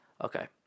Okay